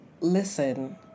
listen